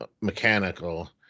mechanical